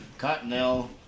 Cottonelle